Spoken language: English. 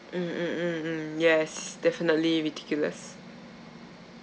mm mm mm mm yes definitely ridiculous